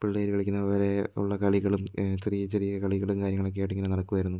പിള്ളേർ കളിക്കുന്ന പോലെ ഉള്ള കളികളും ചെറിയ ചെറിയ കളികളും കാര്യങ്ങളൊക്കെയായിട്ട് ഇങ്ങനെ നടക്കുമായിരുന്നു